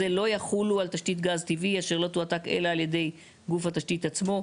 לא יחולו על תשתית גז טבעי אשר לא יועתק אלא על ידי גוף התשתית עצמו".